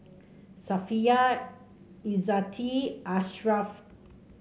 Safiya Izzati Ashraf